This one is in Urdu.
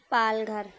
پال گھر